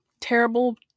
terrible